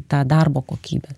tą darbo kokybę